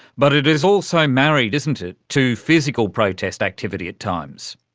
but it is also married, isn't it, to physical protest activity at times.